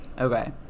Okay